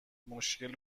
مشکل